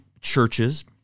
churches